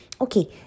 Okay